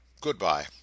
good-bye